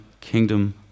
kingdom